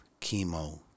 chemo